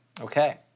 Okay